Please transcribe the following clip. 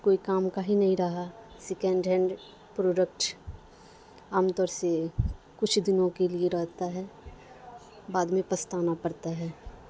کوئی کام کا ہی نہیں رہا سیکنڈ ہینڈ پروڈکٹ عام طور سے کچھ دنوں کے لیے رہتا ہے بعد میں پچھتانا پڑتا ہے